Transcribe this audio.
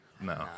no